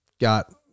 got